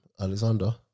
Alexander